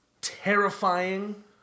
terrifying